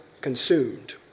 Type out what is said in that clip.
consumed